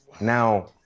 Now